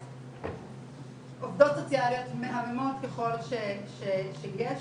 עובדות סוציאליות מהממות ככל שיש,